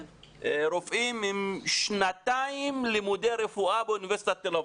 רופאים עם שנתיים לימודי רפואה באוניברסיטת תל אביב,